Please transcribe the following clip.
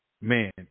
Man